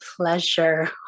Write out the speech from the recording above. pleasure